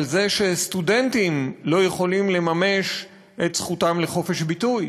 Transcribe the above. על זה שסטודנטים לא יכולים לממש את זכותם לחופש ביטוי.